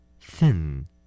Thin